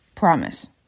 Promise